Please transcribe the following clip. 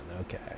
Okay